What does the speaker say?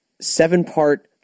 seven-part